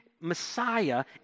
Messiah